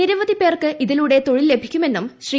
നിരവധി പേർക്ക് ഇതിലൂടെ തൊഴിൽ ലഭിക്കുമെന്നും ശ്രീ